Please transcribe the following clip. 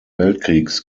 weltkriegs